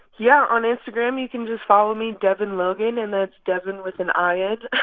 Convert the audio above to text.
yeah. on instagram, you can just follow me devinlogan. and that's devin with an i n.